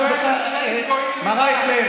מר אייכלר,